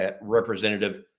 representative